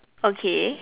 okay